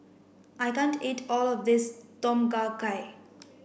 I can't eat all of this Tom Kha Gai